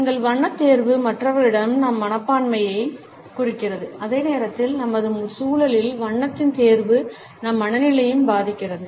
எங்கள் வண்ணத் தேர்வு மற்றவர்களிடம் நம் மனப்பான்மையைக் குறிக்கிறது அதே நேரத்தில் நமது சூழலில் வண்ணத்தின் தேர்வு நம் மனநிலையையும் பாதிக்கிறது